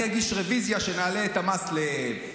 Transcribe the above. אני אגיש רוויזיה שנעלה את המס ל-2,349%,